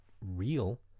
real